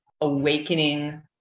awakening